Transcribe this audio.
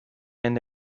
and